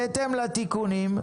בהתאם לתיקונים,